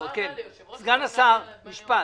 אין סיבה שהכסף של החוסכים יושקע בחו"ל אלא בהשקעה בארץ.